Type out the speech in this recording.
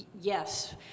yes